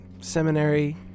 seminary